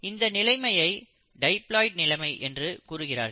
இந்த நிலைமையை டைபிலாய்டு நிலைமை என்று கூறுகிறார்கள்